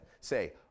say